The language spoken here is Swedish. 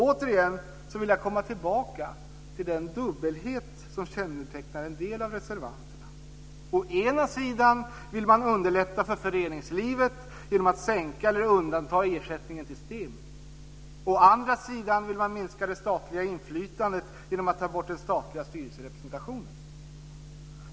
Återigen vill jag komma tillbaka till den dubbelhet som kännetecknar en del av reservanterna. Å ena sidan vill de underlätta för föreningslivet genom att sänka eller undanta ersättningen till STIM, å andra sidan vill de minska det statliga inflytandet genom att ta bort den statliga styrelserepresentationen.